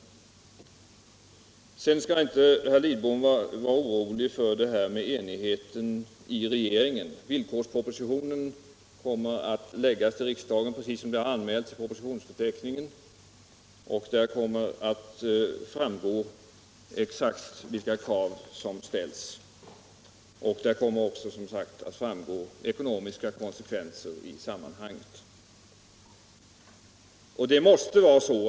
Herr Lidbom skall inte vara orolig för enigheten inom regeringen. Villkorspropositionen kommer att lämnas till riksdagen, precis som det anmälts i propositionsförteckningen, och av den kommer att framgå exakt vilka krav som ställs. Och där kommer även de ekonomiska konsekvenserna i sammanhanget att framgå.